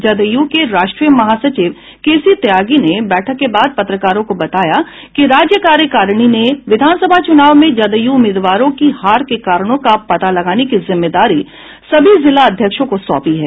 जदयू के राष्ट्रीय महासचिव के सी त्यागी ने बैठक के बाद पत्रकारों को बताया कि राज्य कार्यकारिणी ने विधानसभा चूनाव में जदयू उम्मीदवारों की हार के कारणों का पता लगाने की जिम्मेदारी सभी जिला अध्यक्षों को सौंपी है